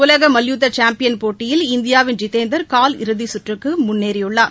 உலக மல்யுத்த சாம்பியன் போட்டியில் இந்தியாவின் ஜிதேந்தர் கால் இறுதிக்கு முந்தைய கற்றுக்கு முன்னேறியுள்ளார்